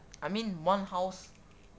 I mean one house